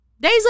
days